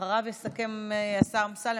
אחריו יסכם השר אמסלם.